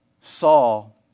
Saul